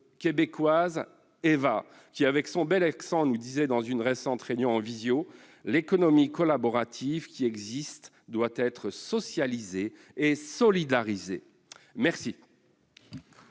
québécoise, Eva, qui, avec son bel accent, nous disait dans une récente réunion en téléconférence que « l'économie collaborative qui existe doit être socialisée et solidarisée ».